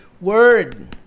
word